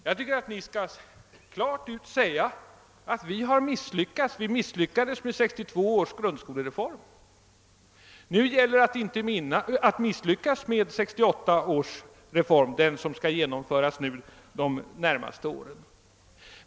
Jag tycker att ni skall klart säga, att ni har misslyckats med 1962 års grundskolereform. Nu gäller det att inte misslyckas med 1968 års reform, den som genomförs de närmaste åren.